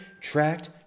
tracked